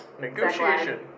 Negotiation